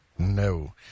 No